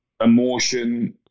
emotion